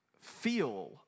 feel